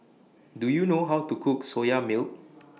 Do YOU know How to Cook Soya Milk